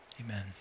Amen